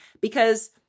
because-